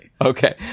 Okay